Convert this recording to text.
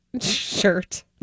shirt